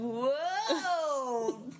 Whoa